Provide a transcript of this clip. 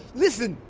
listen.